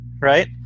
right